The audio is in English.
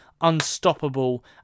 unstoppable